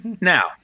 Now